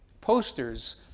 posters